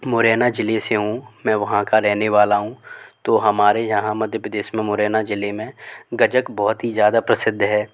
मुरैना ज़िले से हूँ मैं वहाँ का रहने वाला हूँ तो हमारे यहाँ मध्य प्रदेश में मुरैना ज़िले में गजक बहुत ही ज़्यादा प्रसिद्ध है